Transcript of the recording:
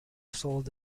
sold